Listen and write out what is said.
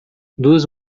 duas